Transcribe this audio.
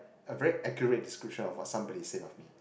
a very accurate description of a somebody said after